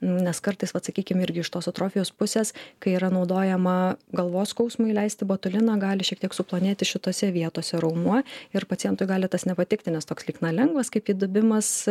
nes kartais vat sakykim irgi iš tos atrofijos pusės kai yra naudojama galvos skausmui leisti botuliną gali šiek tiek suplonėti šitose vietose raumuo ir pacientui gali tas nepatikti nes toks lyg na lengvas kaip įdubimas